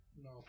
no